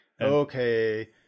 Okay